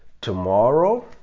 tomorrow